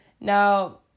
Now